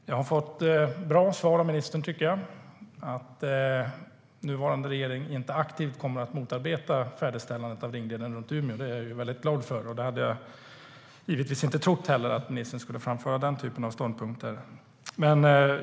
Herr talman! Jag har fått bra svar av ministern. Nuvarande regering kommer inte att aktivt motarbeta färdigställandet av ringleden runt Umeå. Det är jag väldigt glad för, och jag hade givetvis inte heller trott att ministern skulle framföra den typen av ståndpunkter.